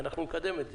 ואנחנו נקדם את זה.